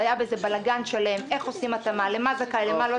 שלך עכשיו לא קל.